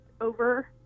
over